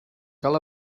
cal